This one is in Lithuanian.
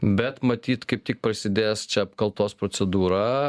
bet matyt kaip tik prasidės čia apkaltos procedūra